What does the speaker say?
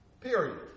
period